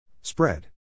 Spread